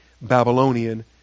Babylonian